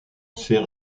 sert